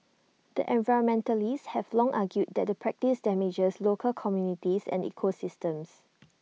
but environmentalists have long argued that the practice damages local communities and ecosystems